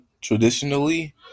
traditionally